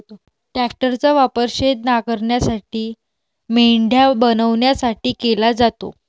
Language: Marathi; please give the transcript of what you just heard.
ट्रॅक्टरचा वापर शेत नांगरण्यासाठी, मेंढ्या बनवण्यासाठी केला जातो